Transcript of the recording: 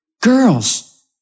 Girls